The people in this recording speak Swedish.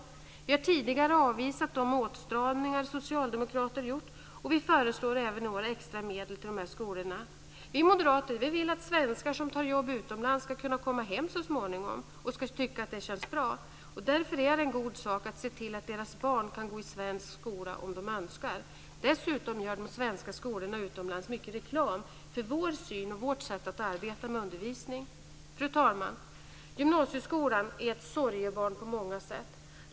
Vi moderater har tidigare avvisat de åtstramningar socialdemokraterna gjort, och vi föreslår även i år extra medel. Vi vill att svenskar som tar jobb utomlands ska komma hem så småningom och tycka att det känns bra. Därför är det en god sak att se till att deras barn kan gå i svensk skola om de önskar. Dessutom gör de svenska skolorna utomlands mycket reklam för vår syn och vårt sätt att arbeta med undervisning. Fru talman! Gymnasieskolan är ett sorgebarn på många sätt.